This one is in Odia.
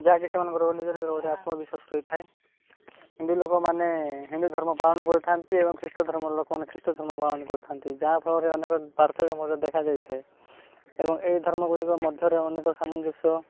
ଯାହାକି ସେମାନଙ୍କର ନିଜ ନିଜର ଗୋଟେ ଆତ୍ମବିଶ୍ୱାସ ହୋଇଥାଏ ହିନ୍ଦୁ ଲୋକମାନେ ହିନ୍ଦୁ ଧର୍ମ ପାଳନ କରିଥାନ୍ତି ଏବଂ ଖ୍ରୀଷ୍ଟ ଧର୍ମର ଲୋକମାନେ ଖ୍ରୀଷ୍ଟ ଧର୍ମ ପାଳନ କରିଥାନ୍ତି ଯାହାଫଳରେ ଅନେକ ପାର୍ଥକ୍ୟ ମଧ୍ୟ ଦେଖାଯାଇଥାଏ ଏବଂ ଏହି ଧର୍ମ ଗୁଡ଼ିକ ମଧ୍ୟରେ ଅନେକ ସାମଞ୍ଜସ୍ୟ